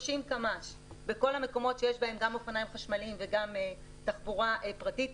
30 קמ"ש בכל המקומות שיש בהם גם אופניים חשמליים וגם תחבורה פרטית,